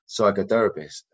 psychotherapist